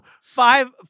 five